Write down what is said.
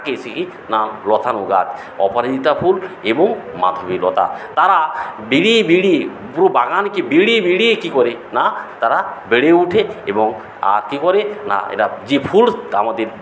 থাকে সেকি না লতানো গাছ অপরাজিতা ফুল এবং মাধবীলতা তারা বেড়িয়ে বেড়িয়ে পুরো বাগানকে বেড়িয়ে বেড়িয়ে কি করে না তারা বেড়ে ওঠে এবং আর কি করে না এরা যে ফুল তার মধ্যে